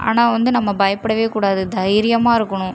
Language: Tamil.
ஆனால் வந்து நம்ம பயப்படவே கூடாது தைரியமாக இருக்கனும்